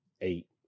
eight